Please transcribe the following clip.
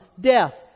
death